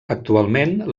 actualment